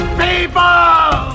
people